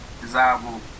desirable